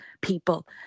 people